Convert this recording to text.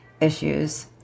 issues